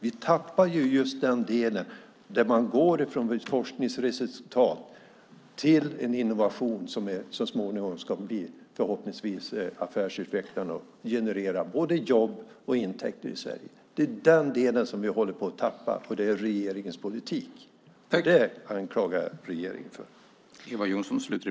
Vi tappar just den delen där man går från forskningsresultat till en innovation som så småningom förhoppningsvis ska bli affärsutvecklande och generera både jobb och intäkter i Sverige. Det är den delen vi håller på att tappa. Det är regeringens politik. Det anklagar jag regeringen för.